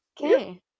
Okay